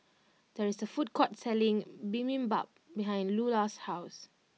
there is a food court selling Bibimbap behind Lulah's house